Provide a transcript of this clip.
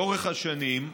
לאורך השנים,